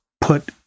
put